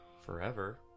forever